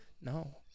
No